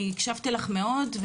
אני הקשבתי לך מאוד,